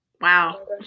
wow